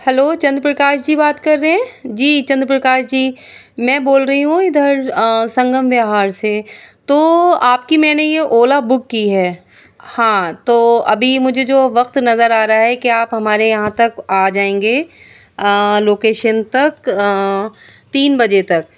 hello Chandra Prakash ji بات کر رہے ہیں جی چندر پرکاش جی میں بول رہی ہوں ادھر سنگم وہار سے تو آپ کی میں نے یہ اولا بک کی ہے ہاں تو ابھی مجھے جو وقت نظر آ رہا ہے کہ آپ ہمارے یہاں تک آ جائیں گے لوکیشن تک تین بجے تک